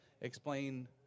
explain